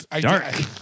Dark